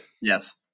Yes